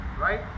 right